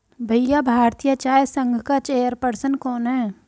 भैया भारतीय चाय संघ का चेयर पर्सन कौन है?